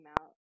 out